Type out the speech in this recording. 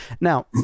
now